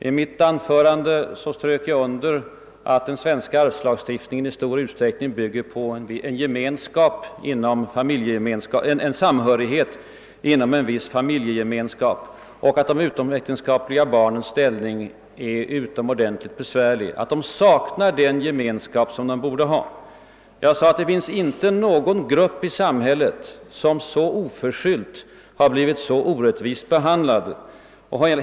I mitt anförande strök jag under att den svenska arvslagstiftningen i stor utsträckning bygger på en samhörighet inom en viss familjegemenskap, att de utomäktenskapliga barnens ställning är utomordentligt besvärlig och att de saknar den gemenskap som de borde ha. Jag framhöll, att det inte finns någon grupp i samhället som oförskyllt har blivit så orättvist behandlad.